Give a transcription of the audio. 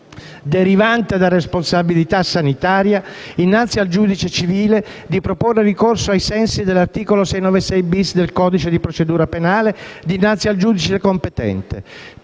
derivante da responsabilità sanitaria innanzi al giudice civile di proporre ricorso ai sensi dell'articolo 696-*bis* del codice di procedura civile dinanzi al giudice competente;